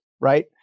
right